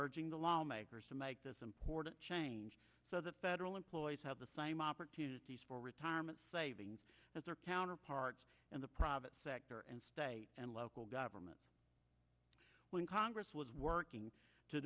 urging the lawmakers to make this important change so the federal employees have the same opportunities for retirement savings as their counterparts in the private sector and state and local government when congress was working to